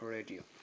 Radio